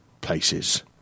places